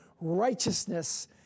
righteousness